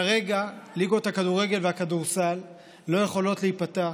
כרגע ליגות הכדורגל והכדורסל לא יכולות להיפתח